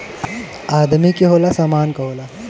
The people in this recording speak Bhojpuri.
आदमी के होला, सामान के होला